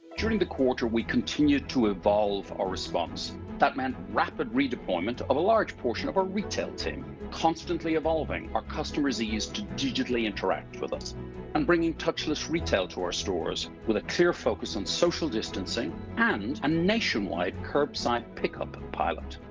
during the quarter we continued to evolve our response. that meant rapid redeployment of a large portion of our retail team constantly evolving. our customers needed to digitally interact with us and bringing touchiness retail to our stores with a care focus on social distancing and a nationwide curbside pickup pilot.